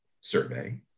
survey